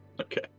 Okay